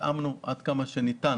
התאמנו ככל שניתן